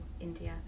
India